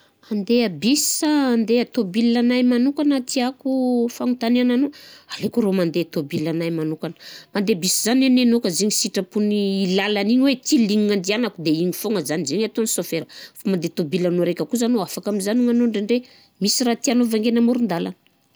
Handeha bus sa andeha tômôbila agnahy manokana tiàko, fanontanianagnao, aleoko rô mande tômôbila agnahy manokana ande bus zany agne anao ka zegny sitrapon'ny lalagna igny hoe ty lina andianako de igny foagna zany zegny ataon'ny saofera, fa mande tômôbilanao raiky kosa anao afaka mizanona anao ndraindray misy raha tiànao vangainao amoron-dala de.